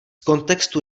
kontextu